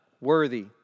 worthy